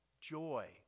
Joy